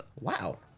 Wow